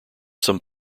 some